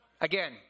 Again